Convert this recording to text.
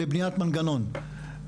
לבניית מנגנון,